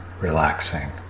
relaxing